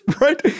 right